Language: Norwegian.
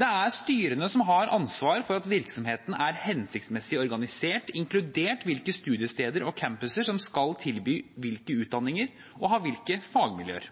Det er styrene som har ansvar for at virksomheten er hensiktsmessig organisert, inkludert hvilke studiesteder og campuser som skal tilby hvilke utdanninger og ha hvilke fagmiljøer.